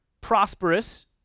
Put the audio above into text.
prosperous